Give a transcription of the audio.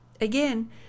Again